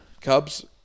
Cubs